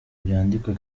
byandikwa